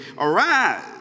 Arise